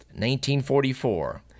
1944